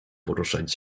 poruszać